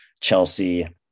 Chelsea